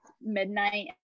midnight